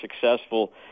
successful